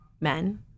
men